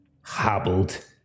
hobbled